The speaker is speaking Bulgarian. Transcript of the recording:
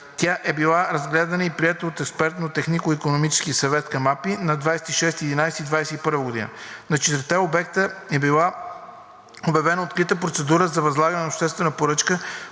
Тя е била разгледана и приета от експертен технико-икономически съвет към АПИ на 26 ноември 2021 г. На четирите обекта е била обявена открита процедура за възлагане на обществена поръчка